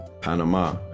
panama